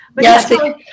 Yes